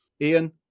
ian